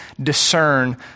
discern